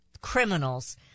criminals